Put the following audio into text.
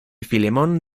filemón